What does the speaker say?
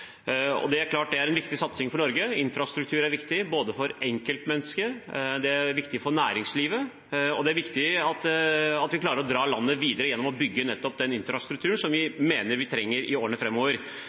gå. Det er klart at det er en viktig satsing for Norge. Infrastruktur er viktig for enkeltmennesket, det er viktig for næringslivet, og det er viktig at vi klarer å dra landet videre gjennom å bygge nettopp den infrastrukturen som vi